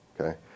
okay